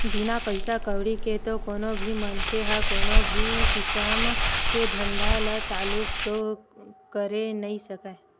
बिना पइसा कउड़ी के तो कोनो भी मनखे ह कोनो भी किसम के धंधा ल चालू तो करे नइ सकय